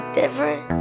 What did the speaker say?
different